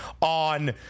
on